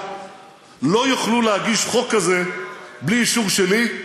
לא יוכלו להגיש חוק כזה בלי אישור שלי,